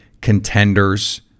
contenders